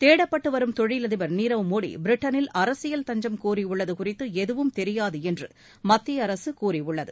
தேடப்பட்டு வரும் தொழில் அதிபர் நீரவ் மோடி பிரிட்டனில் அரசியல் தஞ்சம் கோரியுள்ளது குறித்து எதுவும் தெரியாது என்று மத்திய அரசு கூறியுள்ளது